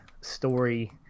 story